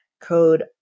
code